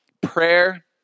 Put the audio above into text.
prayer